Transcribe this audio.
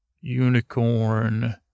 unicorn